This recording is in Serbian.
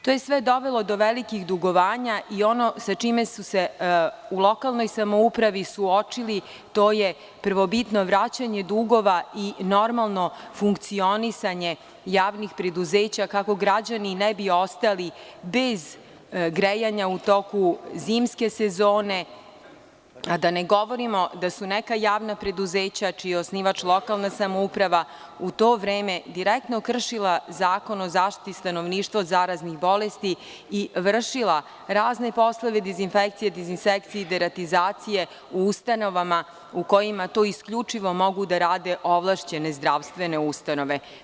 To je sve dovelo do velikih dugovanja i ono sa čime su se u lokalnoj samoupravi suočili to je prvobitno vraćanje dugova i normalno funkcionisanje javnih preduzeća, kako građani ne bi ostalibez grejanja u toku zimske sezone, a da ne govorimo da su neka javna preduzeća čiji je osnivač lokalna samouprava u to vreme direktno kršila Zakon o zaštiti stanovništva od zaraznih bolesti i vršila razne poslove dezinfekcije, dizinsekcije i deratizacije u ustanovama u kojima tu isključivo mogu da rade ovlašćene zdravstvene ustanove.